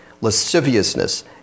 lasciviousness